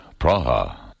Praha